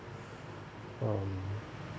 um